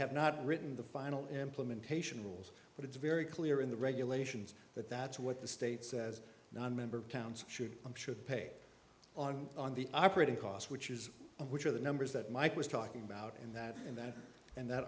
have not written the final implementation rules but it's very clear in the regulations that that's what the state says nonmember towns should and should pay on on the operating cost which is which are the numbers that mike was talking about in that in that and that